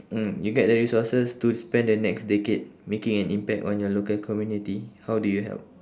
mm you get the resources to spend the next decade making an impact on your local community how do you help